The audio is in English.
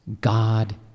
God